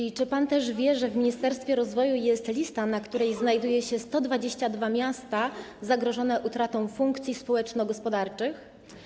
I czy pan też wie, że w Ministerstwie Rozwoju jest lista, na której znajdują się 122 miasta zagrożone utratą funkcji społeczno-gospodarczych?